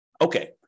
Okay